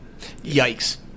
Yikes